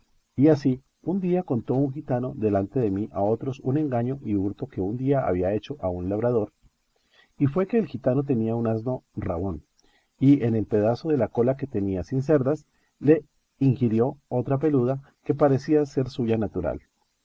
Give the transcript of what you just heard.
y así un día contó un gitano delante de mí a otros un engaño y hurto que un día había hecho a un labrador y fue que el gitano tenía un asno rabón y en el pedazo de la cola que tenía sin cerdas le ingirió otra peluda que parecía ser suya natural